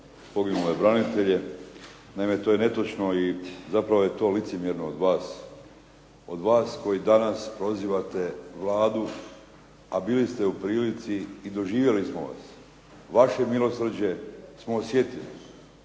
poginule branitelje. Naime, to je netočno i zapravo je to licemjerno od vas, od vas koji danas prozivate Vladu a bili ste u prilici i doživjeli smo vaše milosrđe smo osjetili,